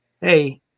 Hey